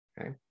Okay